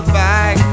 back